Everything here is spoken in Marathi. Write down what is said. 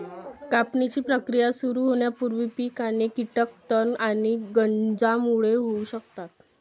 कापणीची प्रक्रिया सुरू होण्यापूर्वी पीक आणि कीटक तण आणि गंजांमुळे होऊ शकतात